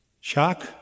Shock